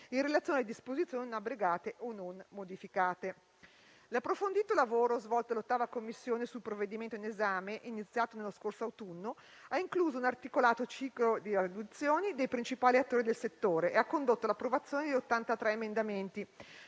in relazione a disposizioni non abrogate o non modificate. L'approfondito lavoro svolto dalla 8a Commissione sul provvedimento in esame, iniziato nello scorso autunno, ha incluso un articolato ciclo di audizioni dei principali attori del settore e ha condotto all'approvazione di 83 emendamenti,